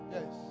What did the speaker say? Yes